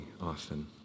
often